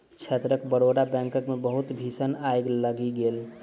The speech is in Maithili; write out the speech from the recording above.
क्षेत्रक बड़ौदा बैंकक मे बहुत भीषण आइग लागि गेल